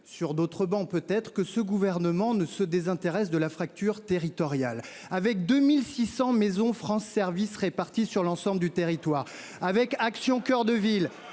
sur d'autres bancs, peut être que ce gouvernement ne se désintéressent de la fracture territoriale. Avec 2600 Maison France service répartis sur l'ensemble du territoire avec Action coeur de ville